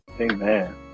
Amen